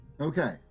Okay